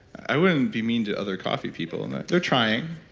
i wouldn't be mean to other coffee people. they're trying.